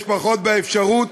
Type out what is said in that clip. יש פחות אפשרות,